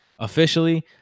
officially